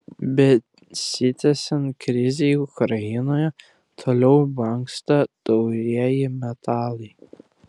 besitęsiant krizei ukrainoje toliau brangsta taurieji metalai